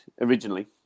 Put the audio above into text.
originally